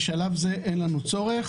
בשלב זה אין לנו צורך